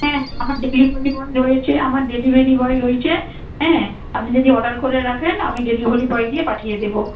হ্যাঁ হ্যাঁ আমার ডেলিভারি বয় রয়েছে আমার ডেলিভারি বয় রয়েছে হ্যাঁ আপনি যদি অর্ডার করে রাখেন আমি ডেলিভারি বয় দিয়ে পাঠিয়ে দেবো